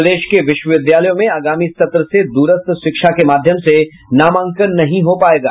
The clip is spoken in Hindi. प्रदेश के विश्वविद्यालयों में आगामी सत्र से दूरस्थ शिक्षा के माध्यम से नामांकन नहीं हो पायेगा